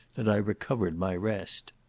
that i recovered my rest.